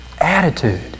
Attitude